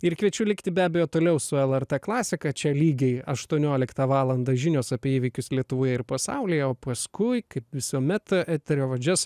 ir kviečiu likti be abejo toliau su el er t klasika čia lygiai ašuonioliktą valandą žinios apie įvykius lietuvoje ir pasaulyje o paskui kaip visuomet eterio vadžias